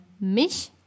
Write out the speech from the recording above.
mich